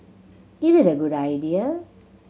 is it a good idea